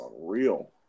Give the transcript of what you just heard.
unreal